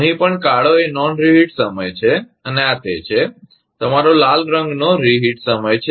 અહીં પણ કાળો એ નોન રિહિટ સમય છે અને આ તે છે તમારો લાલ રંગનો રિહિટ સમય છે